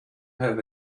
have